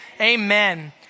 Amen